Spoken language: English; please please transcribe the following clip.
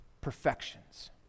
perfections